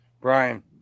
Brian